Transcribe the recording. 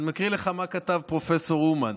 אני מקריא לך מה כתב פרופ' אומן.